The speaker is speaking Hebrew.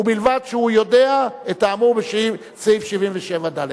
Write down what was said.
ובלבד שהוא יודע את האמור בסעיף 77(ד).